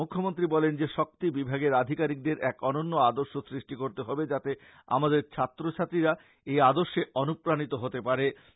মুখ্যমন্ত্রী বলেন যে শক্তি বিভাগের আধিকারিকদের এক অনন্য আদর্শে এগিয়ে যেতে পারে